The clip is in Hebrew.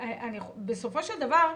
בסופו של דבר,